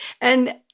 And-